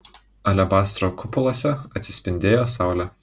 alebastro kupoluose atsispindėjo saulė